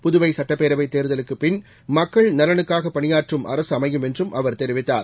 புதுவை சட்டப்பேரவைத் தேர்தலுக்கு பின் மக்கள் நலனுக்காக பணியாற்றும் அரசு அமையும் என்றும் அவர் தெரிவித்தார்